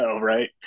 right